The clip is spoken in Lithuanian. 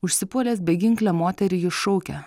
užsipuolęs beginklę moterį jis šaukia